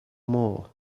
more